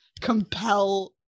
compel